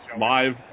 live